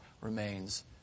remains